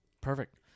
perfect